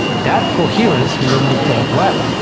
that coherence made me taught well.